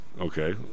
Okay